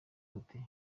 tuti